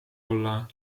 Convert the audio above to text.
olla